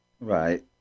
Right